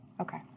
Okay